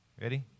Ready